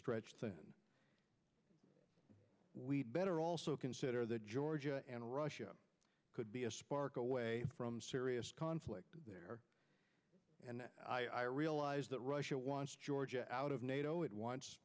stretched thin we'd better also consider that georgia and russia could be a spark away from serious conflict there and i realize that russia wants georgia out of nato it wants